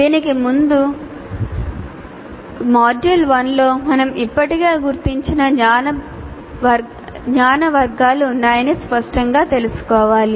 దీనికి ముందు మాడ్యూల్ 1 లో మనం ఇప్పటికే గుర్తించిన జ్ఞాన వర్గాలు ఉన్నాయని స్పష్టంగా తెలుసుకోవాలి